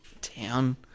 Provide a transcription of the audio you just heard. town